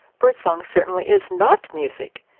birdsong certainly is not music,